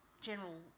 general